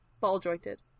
ball-jointed